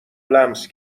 لمس